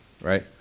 right